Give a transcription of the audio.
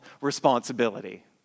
responsibility